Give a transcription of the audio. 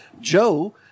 Joe